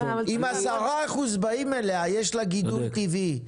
אם 10% באים אליה, יש לה גידול טבעי.